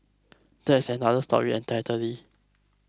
that's another story entirely